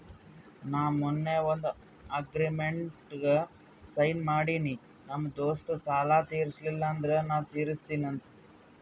ನಾ ಮೊನ್ನೆ ಒಂದ್ ಅಗ್ರಿಮೆಂಟ್ಗ್ ಸೈನ್ ಮಾಡಿನಿ ನಮ್ ದೋಸ್ತ ಸಾಲಾ ತೀರ್ಸಿಲ್ಲ ಅಂದುರ್ ನಾ ತಿರುಸ್ತಿನಿ ಅಂತ್